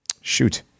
Shoot